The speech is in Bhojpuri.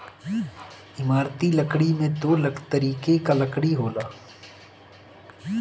इमारती लकड़ी में दो तरीके कअ लकड़ी होला